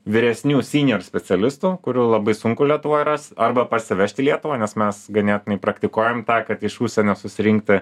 vyresnių synjor specialistų kurių labai sunku lietuvoj rast arba parsivežt į lietuvą nes mes ganėtinai praktikuojam tą kad iš užsienio susirinkti